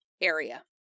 area